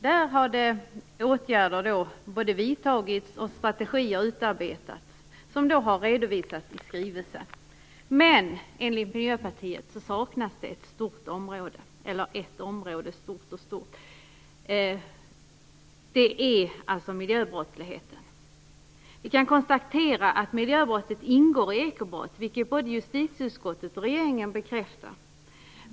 Där har åtgärder vidtagits och strategier utarbetats såsom redovisats i skrivelsen. Men enligt Miljöpartiet saknas ett område, nämligen miljöbrottsligheten. Vi kan konstatera att miljöbrott ingår i ekobrott, vilket både justitieutskottet och regeringen bekräftar.